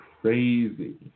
crazy